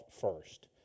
first